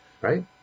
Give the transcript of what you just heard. Right